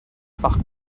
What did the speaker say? par